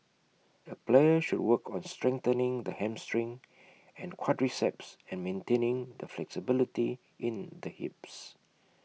A player should work on strengthening the hamstring and quadriceps and maintaining the flexibility in the hips